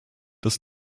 dass